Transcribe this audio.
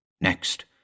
Next